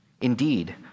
Indeed